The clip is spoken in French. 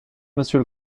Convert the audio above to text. monsieur